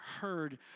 heard